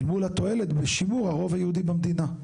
אל מול התועלת בשימור הרוב היהודי במדינה.